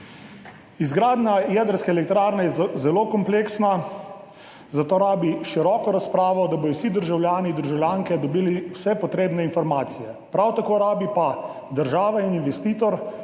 Izgradnja jedrske elektrarne je zelo kompleksna, zato rabi široko razpravo, da bodo vsi državljani in državljanke dobili vse potrebne informacije. Prav tako rabita pa država in investitor